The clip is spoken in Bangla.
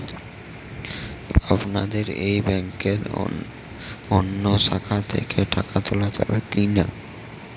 আপনাদের এই ব্যাংকের অন্য শাখা থেকে টাকা তোলা যাবে কি না?